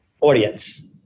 audience